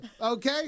Okay